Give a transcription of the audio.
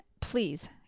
please